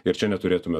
ir čia neturėtume